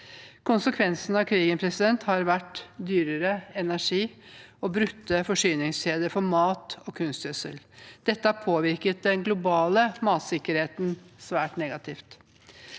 Konsekvensene av krigen har vært dyrere energi og brutte forsyningskjeder for mat og kunstgjødsel. Dette har påvirket den globale matsikkerheten svært negativt.